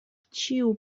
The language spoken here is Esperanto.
ĉiu